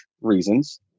reasons